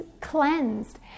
cleansed